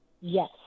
Yes